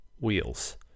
wheels